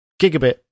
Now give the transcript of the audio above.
gigabit